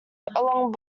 along